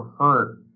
hurt